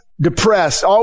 depressed